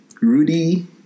Rudy